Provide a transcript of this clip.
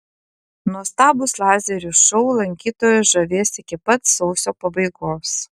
nuostabūs lazerių šou lankytojus žavės iki pat sausio pabaigos